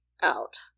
out